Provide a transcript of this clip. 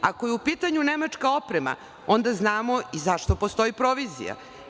Ako je u pitanju nemačka oprema, onda znamo i zašto postoji provizija.